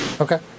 Okay